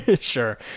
Sure